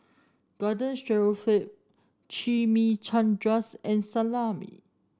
Garden Stroganoff Chimichangas and Salami